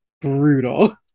brutal